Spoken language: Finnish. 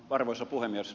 arvoisa puhemies